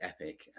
epic